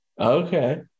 Okay